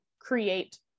create